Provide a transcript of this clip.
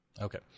Okay